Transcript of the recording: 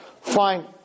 Fine